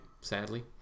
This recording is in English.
sadly